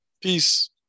Peace